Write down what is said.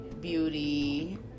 Beauty